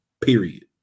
period